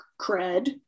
cred